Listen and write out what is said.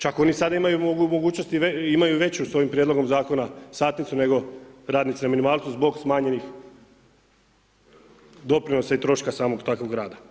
Čak oni sada imaju mogućnosti i imaju veću sa ovim prijedlogom zakona satnicu nego radnici na minimalcu zbog smanjenih doprinosa i troška samog takvog rada.